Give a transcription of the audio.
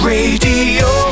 Radio